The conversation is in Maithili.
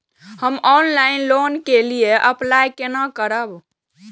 हम ऑनलाइन लोन के लिए अप्लाई केना करब?